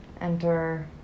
enter